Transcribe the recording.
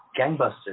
Gangbusters